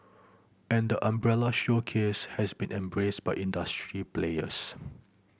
and the umbrella showcase has been embraced by industry players